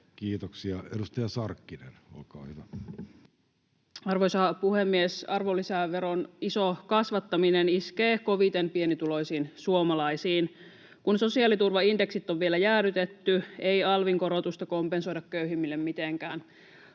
muuttamisesta Time: 14:58 Content: Arvoisa puhemies! Arvonlisäveron iso kasvattaminen iskee koviten pienituloisiin suomalaisiin. Kun sosiaaliturvaindeksit on vielä jäädytetty, ei alvin korotusta kompensoida köyhimmille mitenkään.